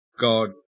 God